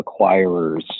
acquirers